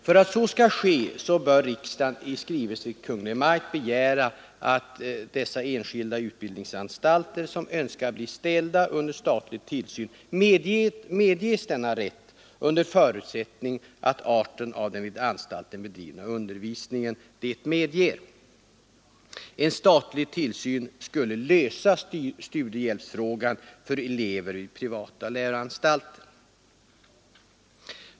För att så skall ske bör riksdagen i skrivelsen till Kungl. Maj:t begära att enskilda utbildningsanstalter som önskar bli ställda under statlig tillsyn medges denna rätt, under förutsättning att arten av den vid anstalten bedrivna undervisningen medger det. En statlig tillsyn skulle lösa studiehjälpsfrågan för elever vid privata läroanstalter.